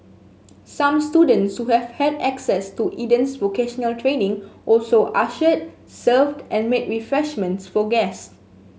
some students who have had access to Eden's vocational training also ushered served and made refreshments for guests